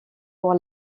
pour